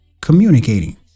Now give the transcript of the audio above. Communicating